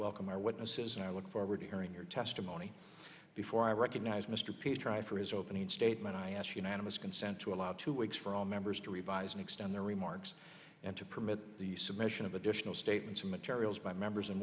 welcome our witnesses and i look forward to hearing your testimony before i recognize mr pease try for his opening statement i ask unanimous consent to allow two weeks for all members to revise and extend their remarks and to permit the submission of additional statements and materials by members